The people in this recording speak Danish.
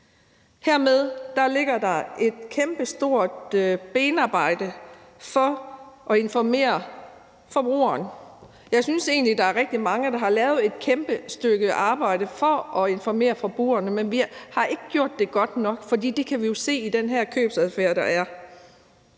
Hermed ligger der et kæmpestort benarbejde for at informere forbrugerne. Jeg synes egentlig, der er rigtig mange, der har gjort et kæmpe stykke arbejde for at informere forbrugerne, men vi har ikke gjort det godt nok. Det kan vi jo se i den købsadfærd, der er.